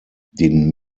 den